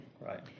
Right